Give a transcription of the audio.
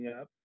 up